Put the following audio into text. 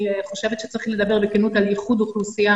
אני חושבת שצריך לדבר בכנות על ייחוד אוכלוסייה